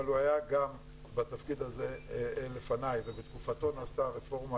אבל הוא היה לפני בתפקיד הזה ובתקופתו נעשתה הרפורמה